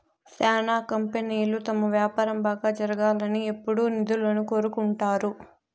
శ్యానా కంపెనీలు తమ వ్యాపారం బాగా జరగాలని ఎప్పుడూ నిధులను కోరుకుంటారు